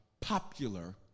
popular